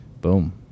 Boom